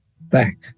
back